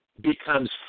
becomes